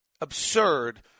absurd